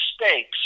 mistakes